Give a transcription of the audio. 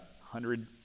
hundred